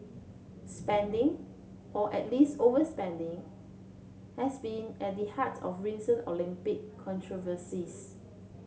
spending or at least overspending has been at the heart of recent Olympic controversies